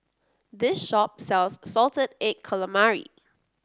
this shop sells Salted Egg Calamari